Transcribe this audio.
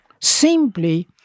simply